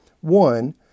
One